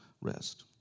rest